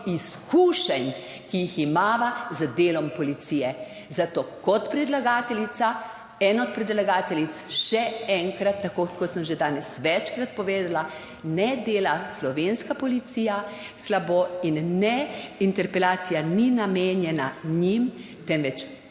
izkušenj, ki jih imava z delom policije. Zato kot predlagateljica, ena od predlagateljic, še enkrat, tako kot sem že danes večkrat povedala, ne dela Slovenska policija slabo in ne interpelacija ni namenjena njim, temveč